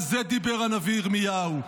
על זה דיבר הנביא ירמיהו.